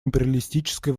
империалистической